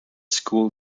school